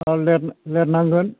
औ लिरनांगोन